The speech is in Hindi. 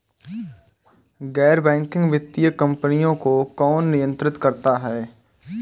गैर बैंकिंग वित्तीय कंपनियों को कौन नियंत्रित करता है?